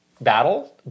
battle